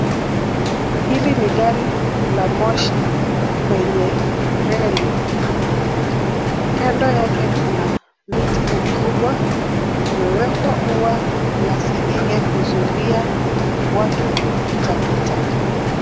Hili ni gari la moshi kwenye reli. Kando yake kuna miti mikubwa. Kumewekwa ua wa seng'eng'e kuzuilia watu kupita pita.